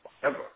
forever